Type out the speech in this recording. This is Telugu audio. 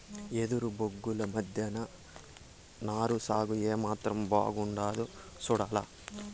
ఎదురు బొంగుల మద్దెన నారు సాగు ఏమాత్రం బాగుండాదో సూడాల